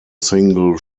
single